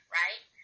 right